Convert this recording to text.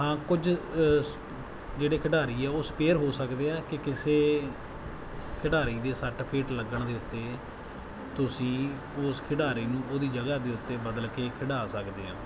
ਹਾਂ ਕੁਝ ਸ ਜਿਹੜੇ ਖਿਡਾਰੀ ਆ ਉਹ ਸਪੇਅਰ ਹੋ ਸਕਦੇ ਆ ਕਿ ਕਿਸੇ ਖਿਡਾਰੀ ਦੇ ਸੱਟ ਫ਼ੇਟ ਲੱਗਣ ਦੇ ਉੱਤੇ ਤੁਸੀਂ ਉਸ ਖਿਡਾਰੀ ਨੂੰ ਉਹਦੀ ਜਗ੍ਹਾ ਦੇ ਉੱਤੇ ਬਦਲ ਕੇ ਖਿਡਾ ਸਕਦੇ ਹਾਂ